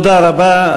תודה רבה.